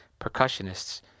percussionists –